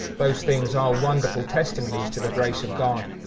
those things are wonderful testimonies to the grace of god.